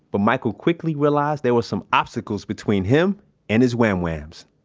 but michael quickly realized there were some obstacles between him and his wham whams